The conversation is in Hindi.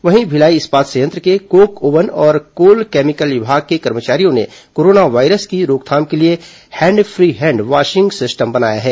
वहीं भिलाई इस्पात संयंत्र के कोक ओवन और कोल केमिकल विभाग के कर्मचारियों ने कोरोना वायरस की रोकथाम के लिए hand free hand washing system बनाया है